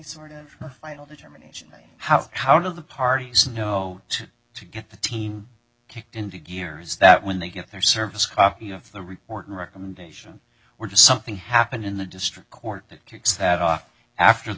sort of final determination on how how do the parties know to to get the teen kicked into gear is that when they get their service copy of the report and recommendation were just something happened in the district court that kicks that off after the